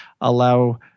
allow